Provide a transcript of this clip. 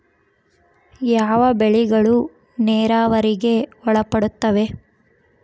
ಯಾವ ಬೆಳೆಗಳು ನೇರಾವರಿಗೆ ಒಳಪಡುತ್ತವೆ?